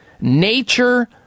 nature